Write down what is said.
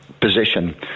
position